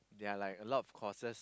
ya like a lot of courses